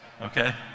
okay